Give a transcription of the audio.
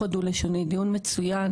אימאן ח'טיב יאסין, שהיא גם שותפה לדרך.